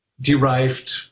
derived